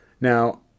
Now